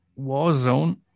Warzone